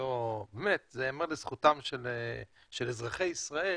ייאמר לזכותם של אזרחי ישראל